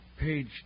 page